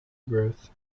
growth